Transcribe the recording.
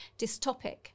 dystopic